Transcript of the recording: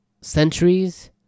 centuries